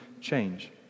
change